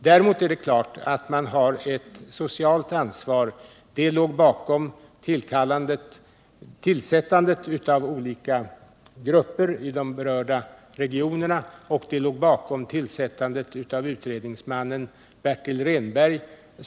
Samhället har självfallet också ett socialt ansvar. Detta förhållande låg också bakom tillsättandet av olika grupper i de berörda regionerna och det låg bakom tillsättandet av utredningsmannen Bertil Rehnberg.